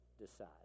decide